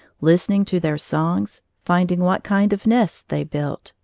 listening to their songs, finding what kind of nests they built,